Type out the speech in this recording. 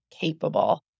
capable